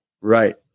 Right